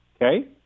okay